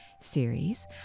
series